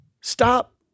Stop